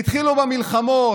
התחילו בה מלחמות: